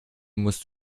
musst